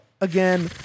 again